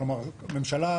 כלומר הממשלה,